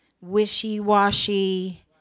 wishy-washy